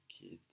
kids